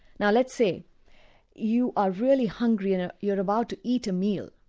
now let's say you are really hungry and you're about to eat a meal,